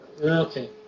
Okay